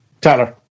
Tyler